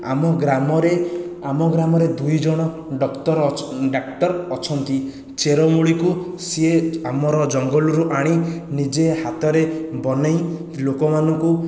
ଆମ ଗ୍ରାମରେ ଆମ ଗ୍ରାମରେ ଦୁଇ ଜଣ ଡାକ୍ତର ଅଛନ୍ତି ଚେରମୂଳିକୁ ସିଏ ଆମର ଜଙ୍ଗଲରୁ ଆଣି ନିଜେ ହାତରେ ବନାଇ ଲୋକମାନଙ୍କୁ